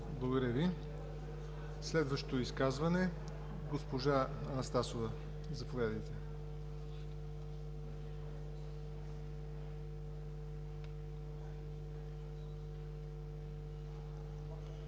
Благодаря Ви. Следващо изказване – госпожа Анастасова. Заповядайте.